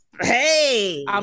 Hey